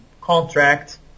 contract